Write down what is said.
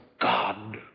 God